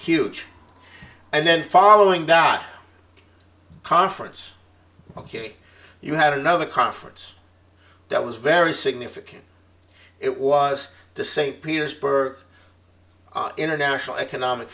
huge and then following dot conference ok you have another conference that was very significant it was the st petersburg international economic